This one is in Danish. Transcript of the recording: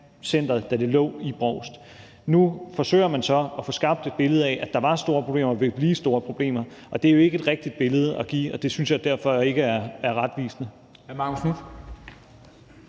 da det lå i Brovst. Nu forsøger man så at få skabt et billede af, at der var store problemer og vil blive store problemer, og det er jo ikke et rigtigt billede at give; det synes jeg derfor ikke er retvisende.